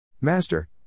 Master